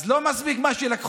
אז לא מספיק מה שלקחו,